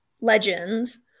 legends